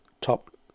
top